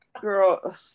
Girl